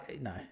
no